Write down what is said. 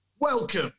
Welcome